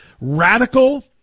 radical